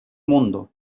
mundo